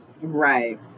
right